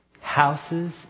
houses